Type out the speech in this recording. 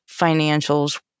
financials